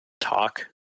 talk